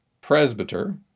Presbyter